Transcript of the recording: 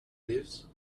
lives